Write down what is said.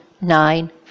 nine